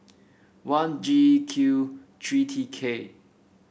one G Q three T K